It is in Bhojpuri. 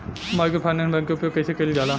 माइक्रोफाइनेंस बैंक के उपयोग कइसे कइल जाला?